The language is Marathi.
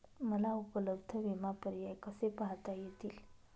मला उपलब्ध विमा पर्याय कसे पाहता येतील?